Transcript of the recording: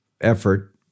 effort